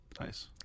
Nice